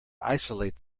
isolate